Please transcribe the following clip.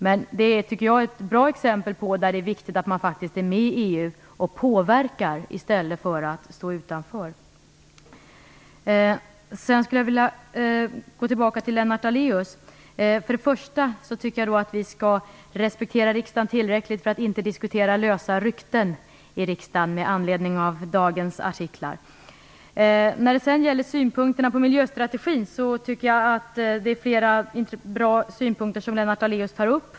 Jag tycker att det är ett bra exempel på att det är viktigt att man faktiskt är med i EU och påverkar istället för att stå utanför. Till Lennart Daléus vill jag säga att jag tycker att vi skall respektera riksdagen tillräckligt för att inte diskutera lösa rykten med anledning av dagens artiklar. Jag tycker att Lennart Daléus tar upp flera bra synpunkter på miljöstrategin.